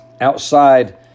outside